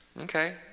Okay